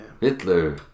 Hitler